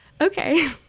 Okay